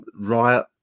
riot